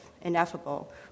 ineffable